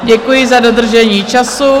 Děkuji za dodržení času.